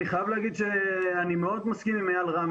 אני חייב להגיד שאני מאוד מסכים עם איל רם,